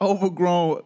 Overgrown